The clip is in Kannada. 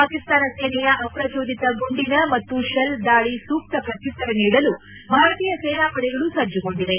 ಪಾಕಿಸ್ತಾನ ಸೇನೆಯ ಅಪ್ರಚೋದಿತ ಗುಂಡಿನ ಹಾಗೂ ಶೆಲ್ ದಾಳಿ ಸೂಕ್ತ ಪ್ರತ್ಯುತ್ತರ ನೀಡಲು ಭಾರತೀಯ ಸೇನಾಪಡೆಗಳು ಸಜ್ಜುಗೊಂಡಿವೆ